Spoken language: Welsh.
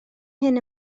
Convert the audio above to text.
hyn